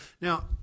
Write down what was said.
now